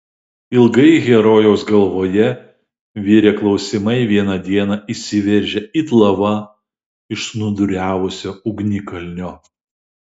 ilgai herojaus galvoje virę klausimai vieną dieną išsiveržė it lava iš snūduriavusio ugnikalnio